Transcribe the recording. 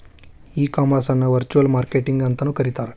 ಈ ಕಾಮರ್ಸ್ ಅನ್ನ virtual marketing ಅಂತನು ಕರೇತಾರ